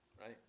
right